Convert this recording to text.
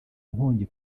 nkongi